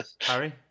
Harry